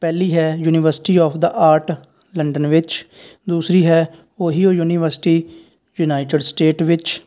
ਪਹਿਲੀ ਹੈ university of the art London ਵਿੱਚ ਦੂਸਰੀ ਹੈ ਉਹੀਓ ਯੂਨੀਵਰਸਿਟੀ ਯੂਨਾਈਟਡ ਸਟੇਟ ਵਿੱਚ